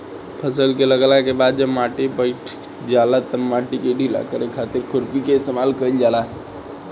फसल के लागला के बाद जब माटी बईठ जाला तब माटी के ढीला करे खातिर खुरपी के इस्तेमाल कईल जाला